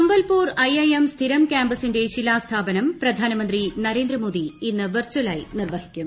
Sambalpur IIM സ്ഥിരം ക്യാമ്പസിന്റെ ശിലാസ്ഥാപനം പ്രധാനമന്ത്രി നരേന്ദ്രമോദി ഇന്ന് വിർച്ചലായി നിർവഹിക്കും